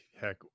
Heck